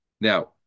Now